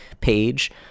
page